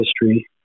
history